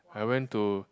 I went to